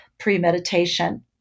premeditation